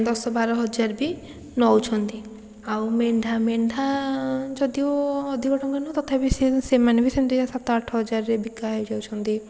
ଦଶ ବାର ହଜାର ବି ନେଉଛନ୍ତି ଆଉ ମେଣ୍ଢା ମେଣ୍ଢା ଯଦିଓ ଅଧିକ ଟଙ୍କା ନୁହଁ ତଥାପି ସେ ସେମାନେ ବି ସେମିତି ସାତ ଆଠ ହଜାର ବିକା ହେଇଯାଉଛନ୍ତି